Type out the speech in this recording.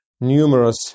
numerous